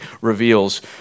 reveals